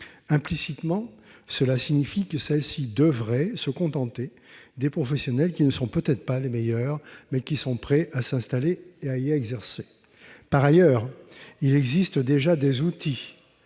Implicitement, cela signifierait que ces zones devraient se contenter des professionnels qui ne seraient peut-être pas les meilleurs, mais qui seraient prêts à s'y installer et à y exercer. Par ailleurs, il existe déjà des outils